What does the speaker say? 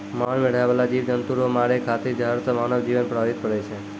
मान मे रहै बाला जिव जन्तु रो मारै खातिर जहर से मानव जिवन प्रभावित पड़ै छै